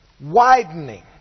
widening